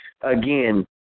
Again